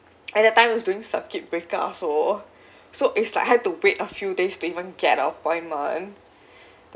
at that time was doing circuit breaker also so it's like I had to wait a few days to even get a appointment